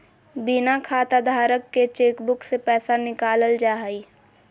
बिना खाताधारक के चेकबुक से पैसा निकालल जा हइ